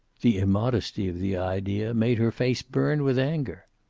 the immodesty of the idea made her face burn with anger.